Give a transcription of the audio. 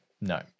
no